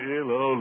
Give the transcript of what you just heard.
Hello